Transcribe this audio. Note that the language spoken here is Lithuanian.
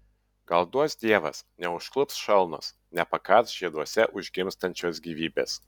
gal duos dievas neužklups šalnos nepakąs žieduose užgimstančios gyvybės